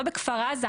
לא בכפר עזה,